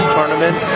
Tournament